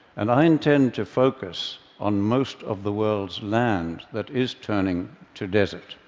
and i intend to focus on most of the world's land that is turning to desert.